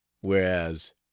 Whereas